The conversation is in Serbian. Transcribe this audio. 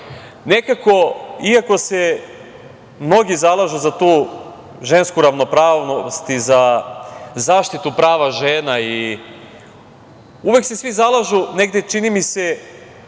Nekako, iako se mnogi zalažu za tu žensku ravnopravnost i za zaštitu prava žena, i uvek se svi zalažu, negde, čini mi se,